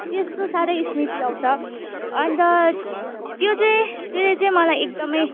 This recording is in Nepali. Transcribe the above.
त्यस्तो साह्रै स्मृति आउँछ अन्त त्यो चाहिँ त्यसले चाहिँ मलाई एकदमै